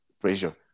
pressure